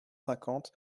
cinquante